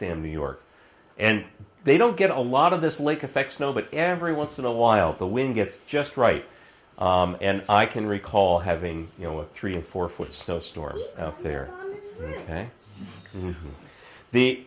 am new york and they don't get a lot of this lake effect snow but every once in a while the wind gets just right and i can recall having you know a three or four foot snow storm out there and the